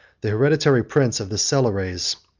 the hereditary prince of the silures,